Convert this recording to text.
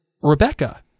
Rebecca